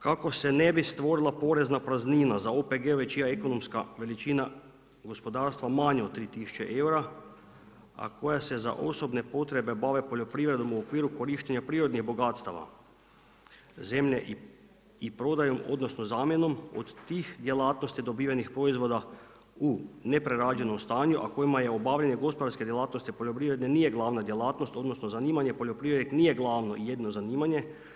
Kako se ne bi stvorila porezna praznina za OPG-ove čija je ekonomska veličina gospodarstva manja od 3 tisuće eura a koja se za osobne potrebe bave poljoprivrednom u okviru korištenja prirodnih bogatstava, zemlje i prodajom, odnosno zamjenom od tih djelatnosti dobivenih proizvoda u neprerađenom stanju a kojima je obavljanje gospodarske djelatnosti poljoprivrede nije glavna djelatnost odnosno zanimanje poljoprivrede nije glavno i jedino zanimanje.